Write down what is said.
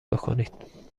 بکنید